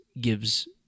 gives